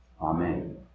amen